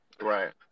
Right